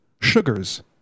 Sugars